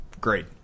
great